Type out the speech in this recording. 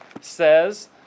says